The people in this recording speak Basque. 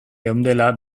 geundela